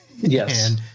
Yes